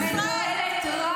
את מסכנת את מדינת ישראל.